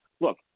Look